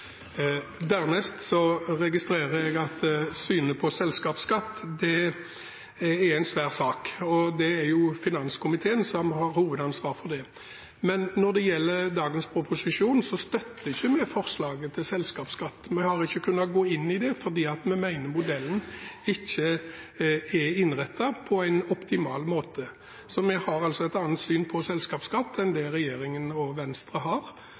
Dernest registrerer jeg at synet på selskapsskatt er en svær sak. Det er finanskomiteen som har hovedansvaret for den. Når det gjelder dagens proposisjon, støtter ikke vi forslaget til selskapsskatt. Vi har ikke kunnet gå inn i det, fordi vi mener modellen ikke er innrettet på en optimal måte. Så vi har et annet syn på selskapsskatt enn det regjeringen og Venstre har.